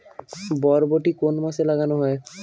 বরবটি কোন মাসে লাগানো হয়?